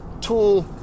tool